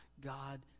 God